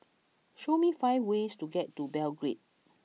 show me five ways to get to Belgrade